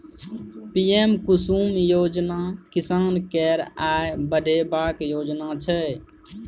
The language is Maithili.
पीएम कुसुम योजना किसान केर आय बढ़ेबाक योजना छै